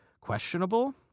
questionable